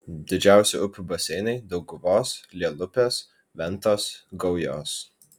didžiausi upių baseinai dauguvos lielupės ventos gaujos